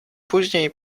później